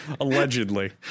Allegedly